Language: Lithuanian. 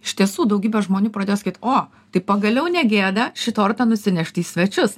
iš tiesų daugybė žmonių pradėjo sakyt o taip pagaliau negėda šį tortą nusinešti į svečius